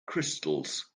crystals